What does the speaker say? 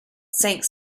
sank